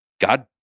God